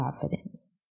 confidence